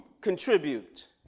contribute